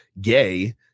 gay